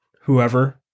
whoever